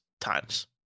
times